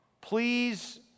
please